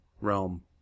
realm